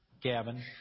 Gavin